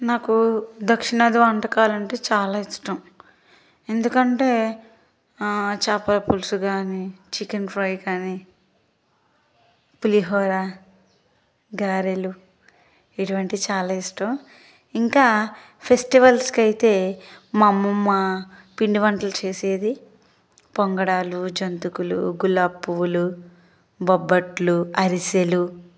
నాకు దక్షిణాది వంటకాలంటే చాలా ఇష్టం ఎందుకంటే చేపల పులుసు కానీ చికెన్ ఫ్రై కానీ పులిహోర గారెలు ఇటువంటి చాలా ఇష్టం ఇంకా ఫెస్టివల్స్కి అయితే మా అమ్మమ్మ పిండి వంటలు చేసేది పొంగడాలు జంతికలు గులాబీ పువ్వులు బొబ్బట్లు అరిసెలు